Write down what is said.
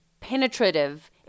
penetrative